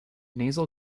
nasal